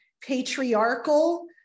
patriarchal